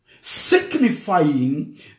signifying